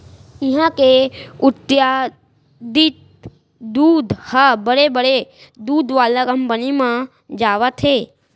इहां के उत्पादित दूद ह बड़े बड़े दूद वाला कंपनी म जावत हे